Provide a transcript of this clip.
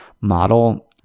model